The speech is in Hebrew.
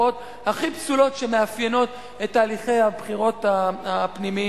התופעות הכי פסולות שמאפיינות את תהליכי הבחירות הפנימיים,